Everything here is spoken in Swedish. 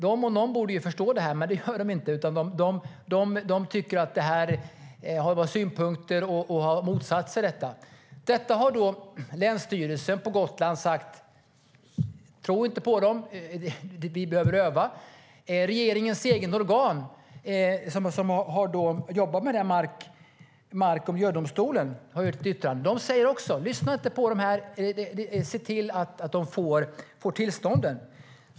De om någon borde förstå det, men det gör de inte. De har synpunkter på detta och har motsatt sig det. Länsstyrelsen på Gotland har sagt: Tro inte på dem. Vi behöver öva. Regeringens eget organ, som har jobbat med mark och miljödomstolen, har gjort ett yttrande. De säger också: Lyssna inte på dem. Se till att de får tillstånden.